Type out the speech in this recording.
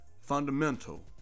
fundamental